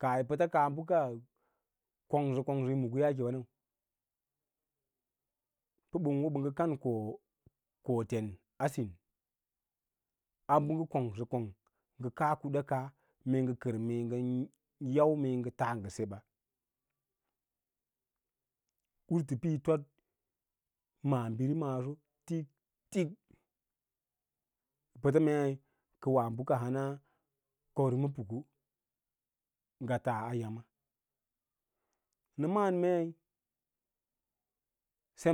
Kaah yi pətə kaa bəka kongsə kongsə yi mudkə yaake we nəu pə ɓən wo ɓə ngə kam koten asiu abə ngə kongsə kong ngə kaa kuɗan kaa mee ngən kər mee ngən yau mee ngə taa ngə seba usutu pə yi toɗ maabiri maaso tiktik pəts mei ka wa ɓaka hana kanrin apuku ngə tas a yǎma nə ma’ân mei.